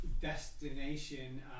destination